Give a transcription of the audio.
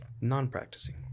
Non-practicing